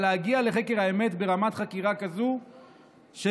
אבל להגיע לחקר האמת ברמת חקירה כזאת שלא